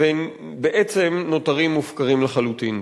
ובעצם נותרים מופקרים לחלוטין.